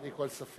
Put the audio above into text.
בלי כל ספק.